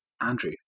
Andrew